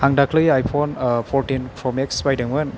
आं दाख्लै आइफन फरथिन फ्र' मेक्स बायदोंमोन